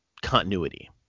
continuity